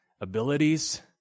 abilities